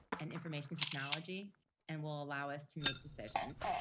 and information technology and will allow us to make decisions.